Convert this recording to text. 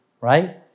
Right